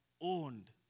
owned